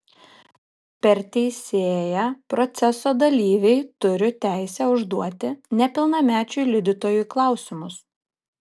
per teisėją proceso dalyviai turi teisę užduoti nepilnamečiui liudytojui klausimus